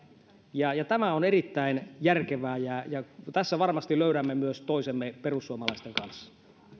tämä on erittäin järkevää ja tässä varmasti löydämme myös toisemme perussuomalaisten kanssa